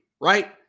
right